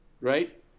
right